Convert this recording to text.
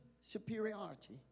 superiority